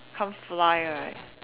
can't fly right